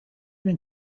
been